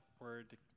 word